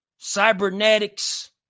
Cybernetics